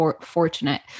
fortunate